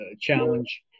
challenge